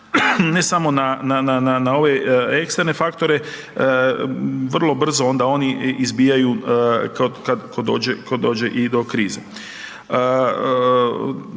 ne samo na ove eksterne faktore vrlo brzo onda oni izbijaju kada dođe do krize.